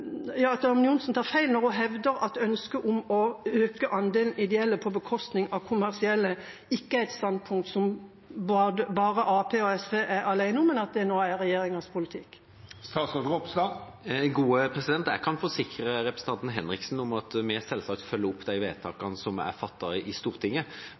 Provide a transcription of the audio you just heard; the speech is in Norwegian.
ønsket om å øke andelen ideelle på bekostning av kommersielle er et standpunkt Arbeiderpartiet og SV er alene om, og at det nå er regjeringas politikk? Jeg kan forsikre representanten Henriksen om at vi selvsagt følger opp de vedtakene som er fattet i Stortinget.